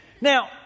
Now